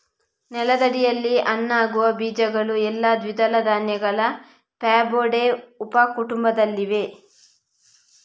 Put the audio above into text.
ನೆಲದಡಿಯಲ್ಲಿ ಹಣ್ಣಾಗುವ ಬೀಜಗಳು ಎಲ್ಲಾ ದ್ವಿದಳ ಧಾನ್ಯಗಳ ಫ್ಯಾಬೊಡೆ ಉಪ ಕುಟುಂಬದಲ್ಲಿವೆ